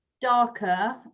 darker